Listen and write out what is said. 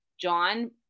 John